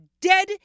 dead